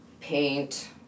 paint